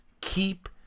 keep